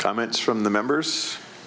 comments from the members